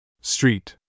street